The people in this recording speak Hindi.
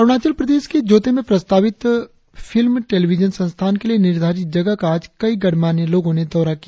अरुणाचल प्रदेश के जोते में प्रस्तावित फिल्म टेलिविजन संस्थान के लिए निर्धारित जगह का आज कई गणमान्य लोगों ने दौरा किया